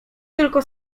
tylko